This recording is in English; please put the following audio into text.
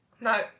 No